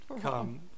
come